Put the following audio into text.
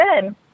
good